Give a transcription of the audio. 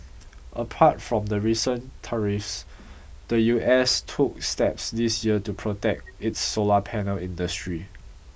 apart from the recent tariffs the U S took steps this year to protect its solar panel industry